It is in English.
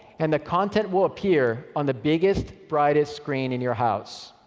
and the content will appear on the biggest, brightest screen in your house.